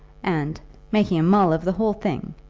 and making a mull of the whole thing.